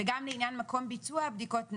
וגם לעניין מקום ביצוע הבדיקות,